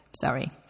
sorry